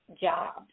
jobs